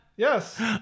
Yes